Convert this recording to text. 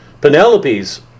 Penelope's